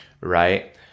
right